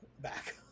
back